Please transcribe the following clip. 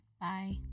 bye